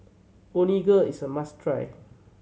onigiri is a must try